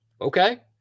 Okay